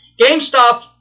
GameStop